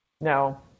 No